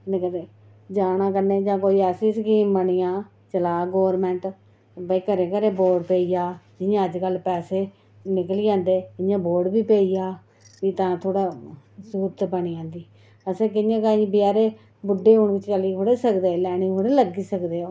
जाना कन्ने जां कोई ऐसी स्कीम बनी जा चला गौरमैंट भाई घर घर वोट पेई जा जि'यां अजकल पैसे निकली जंदे इ'यां वोट बी पेई जा भी तां थोह्ड़ा स्हूलत बनी जंदी असें कि'यां करी बचैरे बुड्ढे हून चली थोह्ड़े सकदे लैनें च थोह्ड़ी लग्गी सकदे